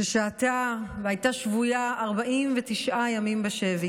ששהתה והייתה שבויה 49 ימים בשבי: